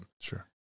Sure